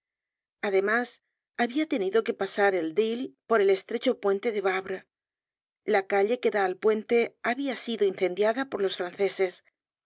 además habia tenido que pasar el dyle por el estrecho puente de wavre la calle que da al puente habia sido incendiada p or los franceses